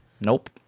Nope